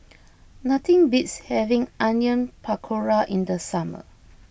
nothing beats having Onion Pakora in the summer